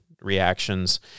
reactions